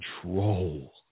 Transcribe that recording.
control